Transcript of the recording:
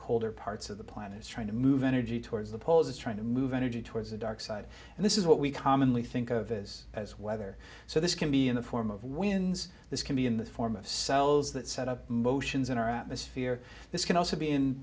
colder parts of the planet is trying to move energy towards the poles it's trying to move energy towards the dark side and this is what we commonly think of as as weather so this can be in the form of wins this can be in the form of cells that set up motions in our atmosphere this can also be in